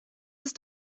ist